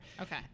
Okay